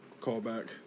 callback